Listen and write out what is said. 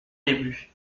début